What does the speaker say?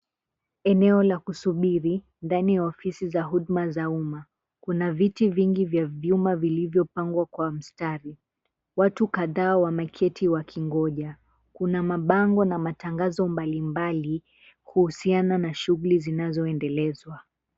Eneo la kusubiri ndani ya ofisi za huduma za umma. Kuna viti vingi vya vyuma vilivyopangwa kwa mstari. Watu kadhaa wameketi wakingoja. Kuna mabango na matangazo mbalimbali kuhusiana na shughuli zinazoendelezwa.